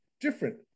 different